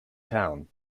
town